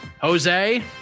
Jose